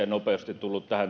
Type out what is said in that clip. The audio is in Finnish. nopeasti tulleet